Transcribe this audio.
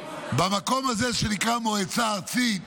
במקום הזה שנקרא המועצה הארצית